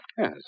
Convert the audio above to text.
Yes